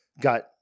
got